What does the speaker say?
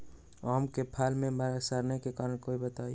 आम क फल म सरने कि कारण हई बताई?